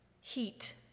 Heat